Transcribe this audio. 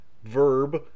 verb